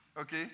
okay